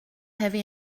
heavy